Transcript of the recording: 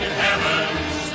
heavens